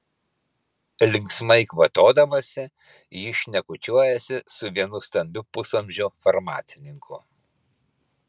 linksmai kvatodamasi jį šnekučiuojasi su vienu stambiu pusamžiu farmacininku